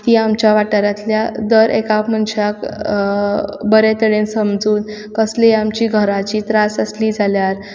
ती आमच्या वाटारांतल्या दर एका मनशाक बरे तरेन समजून कसले आमची घराची त्रास आसली जाल्यार